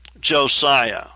Josiah